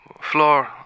floor